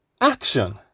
Action